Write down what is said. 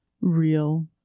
real